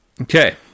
Okay